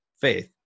faith